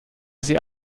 sie